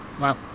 Wow